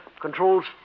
controls